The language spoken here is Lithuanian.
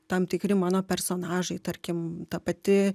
tam tikri mano personažai tarkim ta pati